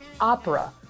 opera